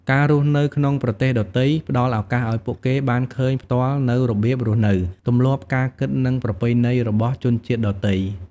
ការរស់នៅក្នុងប្រទេសដទៃ ផ្ដល់ឱកាសឱ្យពួកគេបានឃើញផ្ទាល់នូវរបៀបរស់នៅ ទម្លាប់ ការគិត និងប្រពៃណីរបស់ជនជាតិដទៃ។